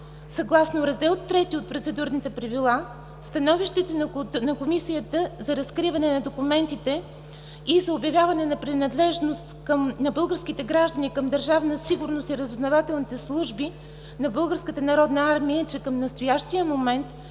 Съгласно Раздел ІІІ от Процедурните правила становището на Комисията за разкриване на документите и за обявяване на принадлежност на българските граждани към Държавна сигурност и разузнавателните служби на Българската народна армия е, че към настоящия момент